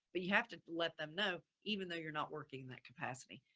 but you have to let them know even though you're not working in that capacity.